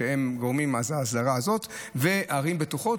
וערים בטוחות.